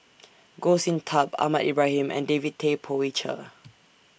Goh Sin Tub Ahmad Ibrahim and David Tay Poey Cher